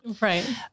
Right